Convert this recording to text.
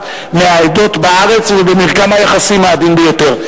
מהעדות בארץ ובמרקם היחסים העדין ביותר.